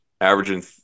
averaging